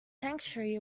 sanctuary